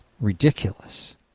ridiculous